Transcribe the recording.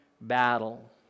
battle